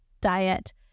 diet